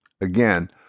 Again